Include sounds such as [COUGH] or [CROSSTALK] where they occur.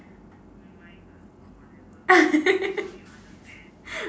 [LAUGHS]